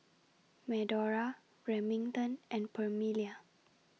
Medora Remington and Permelia